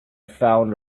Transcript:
found